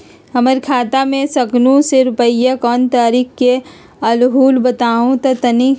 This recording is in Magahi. हमर खाता में सकलू से रूपया कोन तारीक के अलऊह बताहु त तनिक?